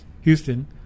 Houston